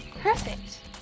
Perfect